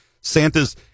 Santa's